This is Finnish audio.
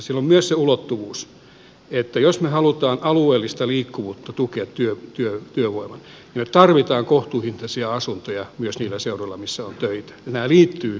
sillä on myös se ulottuvuus että jos me haluamme työvoiman alueellista liikkuvuutta tukea me tarvitsemme kohtuuhintaisia asuntoja myös niillä seuduilla missä on töitä